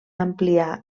ampliar